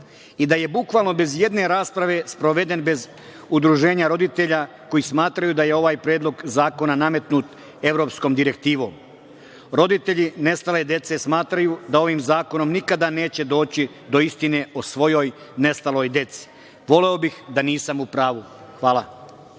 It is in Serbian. i da je bukvalno bez ijedne rasprave sproveden bez udruženja roditelja koji smatraju da je ovaj Predlog zakona nametnut evropskom direktivom. Roditelji nestale dece smatraju da ovim zakonom nikada neće doći do istine o svojoj nestaloj deci. Voleo bih da nisam u pravu. Hvala